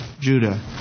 Judah